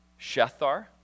Shethar